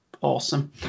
awesome